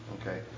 okay